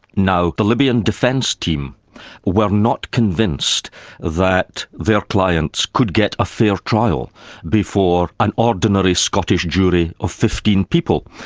now the libyan defence team were not convinced that their clients could get a fair trial before an ordinary scottish jury of fifteen people.